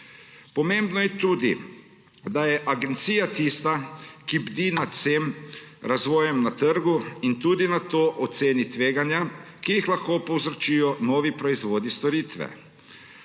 Pomembno je tudi, da je agencija tista, ki bdi nad vsem razvojem na trgu in tudi nato oceni tveganja, ki jih lahko povzročijo novi proizvodi, storitve.